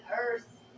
Earth